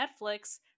Netflix